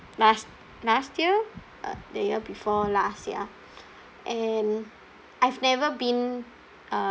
last last year uh the year before last ya and I've never been uh